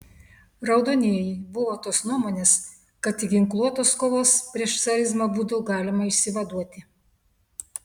raudonieji buvo tos nuomonės kad tik ginkluotos kovos prieš carizmą būdu galima išsivaduoti